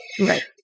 right